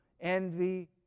envy